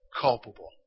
culpable